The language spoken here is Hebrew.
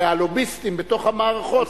והלוביסטים בתוך המערכות.